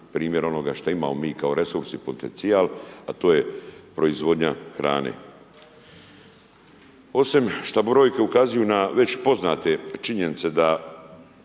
primjer onoga što imamo mi kao resurs i potencijal, a to je proizvodnja hrane. Osim što brojke ukazuju na već poznate činjenice da